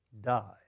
die